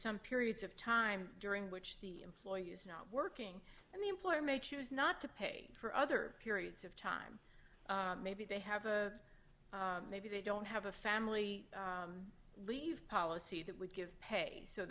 some periods of time during which the employee is not working and the employer may choose not to pay for other periods of time maybe they have a maybe they don't have a family leave policy that would give pay so